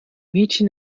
mädchen